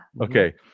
Okay